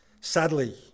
sadly